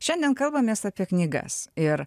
šiandien kalbamės apie knygas ir